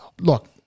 Look